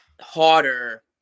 harder